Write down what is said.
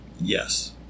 Yes